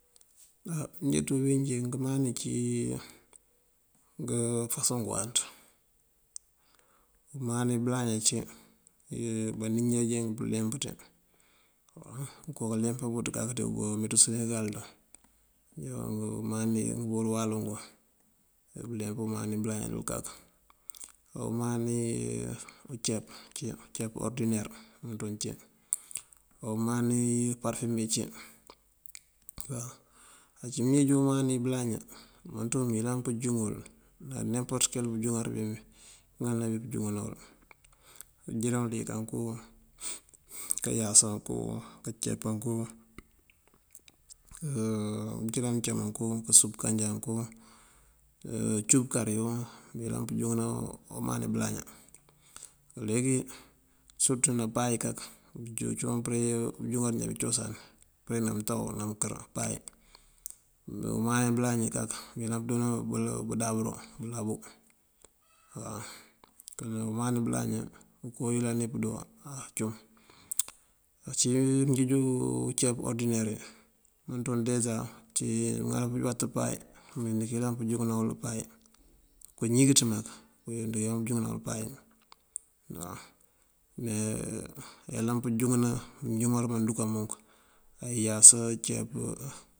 Njí ţí bëwínjí ngëmani ací ngëfasoŋ ngëwáanţ. Umani bëlaña ací, uwí banín njá jeenk buleemp ţí oko kaleempa bëţ ţí bameţun senegal dun iyoo. Ngëmani ngëwalu ngun ajá buleemp ngëmani bëlaña kak. Omani ceep, ceep orëdiner umënţun ací, omani parëfume cí. Uncí mënjeeji umani bëlaña umënţan mëyëlan pënjúŋ wël á emporët ke bunjúŋar bí mëŋal bí bunjúŋala uwël bënjëlan uliyëk anku kayasa anku, ceep anku, bënjëlan mëncam anku, kasup kanja anku, cúu kariyu, mëyëlan pënjúŋëna umani bëlaña. Leegi surëtú ná pay kak uncíwun bunjúŋar njá bí cosan përe ná mëntaw ná mënkër pay. Dí umani kak mëyëlan pënjúŋëna wël bëdabëro bëlabu waw. Kon umani bëlaña koowu wí yëlan wí pëndoo acum. Ací uwí mënjeej ceep orëdiner umënţun deza uncí mëŋal kawat pay mëndika yëlan pënjúŋ pay uñikëţ mak mëndika yëlan kanjúŋëna wël pay waw. Me ayëlan pënjúŋëna mënjúŋar mdandunka munk yasa ceep.